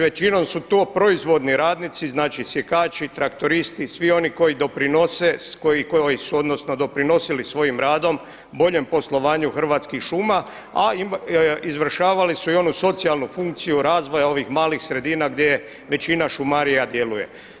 Većinom su to proizvodni radnici, znači sjekači, traktoristi i svi oni koji doprinose, koji su odnosno doprinosili svojim radom, boljem poslovanju Hrvatskih šuma, a izvršavali su i onu socijalnu funkciju razvoja ovih malih sredina gdje većina šumarija djeluje.